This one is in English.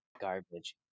garbage